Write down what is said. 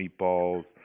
meatballs